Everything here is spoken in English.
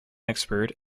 expert